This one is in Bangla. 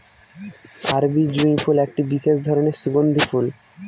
আরবি জুঁই ফুল একটি বিশেষ ধরনের সুগন্ধি ফুল